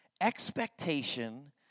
Expectation